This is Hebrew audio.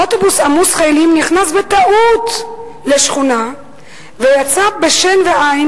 אוטובוס עמוס חיילים נכנס בטעות לשכונה ויצא בשן ועין,